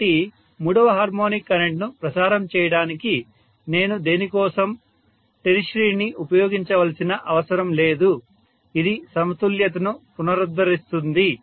కాబట్టి మూడవ హార్మోనిక్ కరెంట్ను ప్రసారం చేయడానికి నేను దేనికోసం టెర్షియరీని ఉపయోగించాల్సిన అవసరం లేదు ఇది సమతుల్యతను పునరుద్ధరిస్తుంది